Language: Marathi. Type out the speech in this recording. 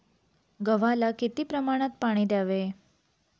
गव्हाला किती प्रमाणात पाणी द्यावे?